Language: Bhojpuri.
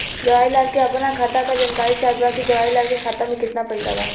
जवाहिर लाल के अपना खाता का जानकारी चाहत बा की जवाहिर लाल के खाता में कितना पैसा बा?